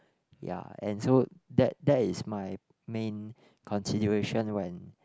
ya and so that that is my main consideration when